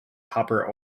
copper